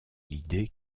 l’idée